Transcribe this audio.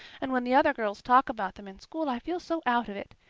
and when the other girls talk about them in school i feel so out of it.